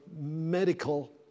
medical